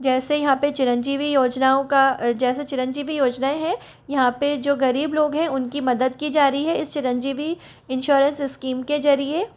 जैसे यहाँ पर चिरंजीवी योजनाओं का जैसे चिरंजीवी योजनाएँ हैं यहाँ पर जो ग़रीब लोग हैं उनकी मदद की जा रही है इस चिरंजीवी इंश्योरेंस इस्कीम के ज़रिए